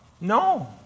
No